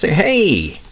yeah hey,